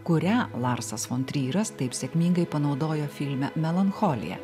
kurią larsas fon tryras taip sėkmingai panaudojo filme melancholija